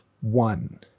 one